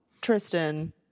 Tristan